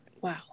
Wow